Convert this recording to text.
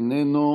איננו,